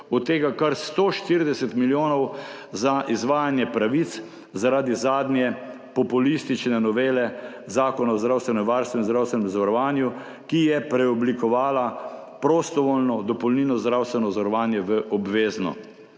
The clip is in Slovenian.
od tega kar 140 milijonov za izvajanje pravic zaradi zadnje populistične novele Zakona o zdravstvenem varstvu in zdravstvenem zavarovanju, ki je preoblikovala prostovoljno dopolnilno zdravstveno zavarovanje v obvezno.